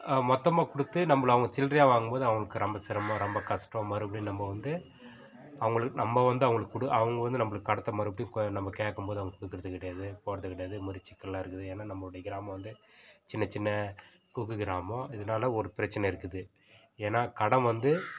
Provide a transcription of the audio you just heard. மொத்தமாக கொடுத்து நம்மள அவங்க சில்றையா வாங்கும்போது அவுங்களுக்கு ரொம்ப சிரமம் ரொம்ப கஷ்டம் மறுபடியும் நம்ம வந்து அவுங்களுக் நம்ம வந்து அவங்களுக்கு கொடு அவங்க வந்து நம்மளுக்கு கடத்தை மறுபடியும் நம்ம கேட்கம்போது அவங்க கொடுக்கறது கிடையாது போகிறது கிடையாது இதமாரி சிக்கல்லாம் இருக்குது ஏன்னால் நம்மளுடைய கிராமம் வந்து சின்ன சின்ன குக்கு கிராமம் இதனால் ஒரு பிரச்சினை இருக்குது ஏன்னால் கடன் வந்து